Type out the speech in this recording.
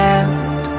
end